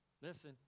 Listen